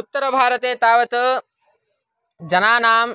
उत्तरभारते तावत् जनानां